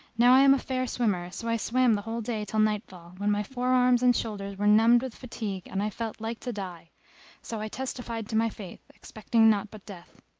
now i am a fair swimmer, so i swam the whole day till nightfall when my forearms and shoulders were numbed with fatigue and i felt like to die so i testified to my faith, expecting naught but death.